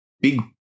big